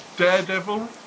daredevil